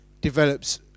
develops